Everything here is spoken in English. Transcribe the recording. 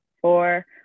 four